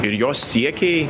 ir jos siekiai